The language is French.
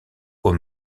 aux